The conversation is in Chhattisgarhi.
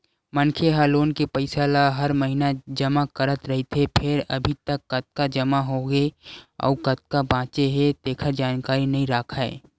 मनखे ह लोन के पइसा ल हर महिना जमा करत रहिथे फेर अभी तक कतका जमा होगे अउ कतका बाचे हे तेखर जानकारी नइ राखय